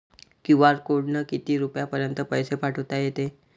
QR कोडनं किती रुपयापर्यंत पैसे पाठोता येते?